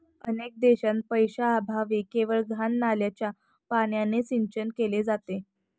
अनेक देशांत पैशाअभावी केवळ घाण नाल्याच्या पाण्याने सिंचन केले जाते